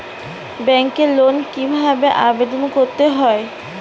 ব্যাংকে লোন কিভাবে আবেদন করতে হয়?